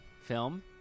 film